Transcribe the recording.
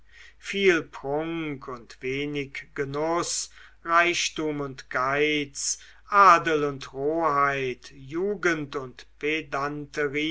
viel prunk und wenig genuß reichtum und geiz adel und roheit jugend und